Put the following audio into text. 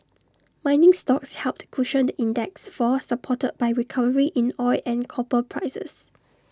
mining stocks helped cushion the index's fall supported by recovery in oil and copper prices